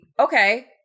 okay